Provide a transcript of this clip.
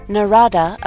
Narada